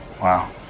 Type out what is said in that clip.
Wow